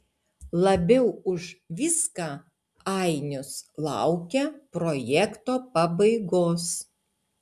labiau už viską ainius laukia projekto pabaigos